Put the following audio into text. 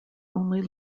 only